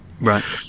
right